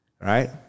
right